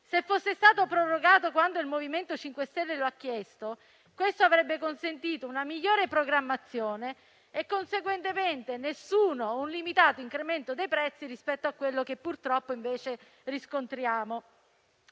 Se fosse stato prorogato quando il MoVimento 5 Stelle lo ha chiesto, ciò avrebbe consentito una migliore programmazione e, conseguentemente, nessuno o un limitato incremento dei prezzi rispetto a quello che, purtroppo, invece riscontriamo.